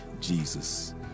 Jesus